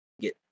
get